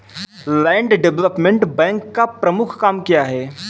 Land development bank का प्रमुख काम क्या है?